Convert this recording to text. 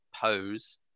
Pose